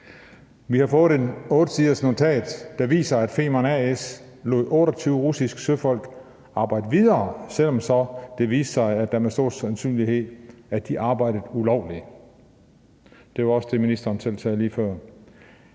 Vi har fået et ottesidersnotat, der viser, at Femern A/S lod 28 russiske søfolk arbejde videre, selv om det så viste sig, at de med stor sandsynlighed arbejdede ulovligt. Det var også det, ministeren selv sagde lige før.